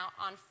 on